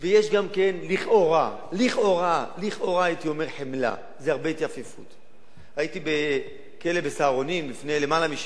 ויש, הייתי אומר, גם כן